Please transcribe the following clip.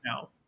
no